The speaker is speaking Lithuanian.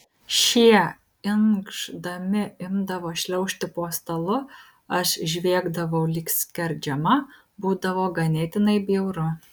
šie inkšdami imdavo šliaužti po stalu aš žviegdavau lyg skerdžiama būdavo ganėtinai bjauru